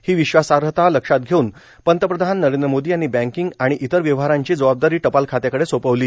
ही विश्वासार्हता लक्षात घेऊन पंतप्रधान नरेंद्र मोदी यांनी बँकिंग आणि इतर व्यवहारांची जबाबदारी टपाल खात्याकडे सोपवली